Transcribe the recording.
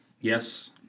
Yes